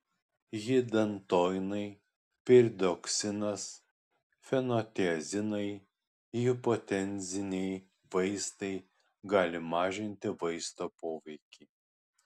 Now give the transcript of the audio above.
hidantoinai piridoksinas fenotiazinai hipotenziniai vaistai gali mažinti vaisto poveikį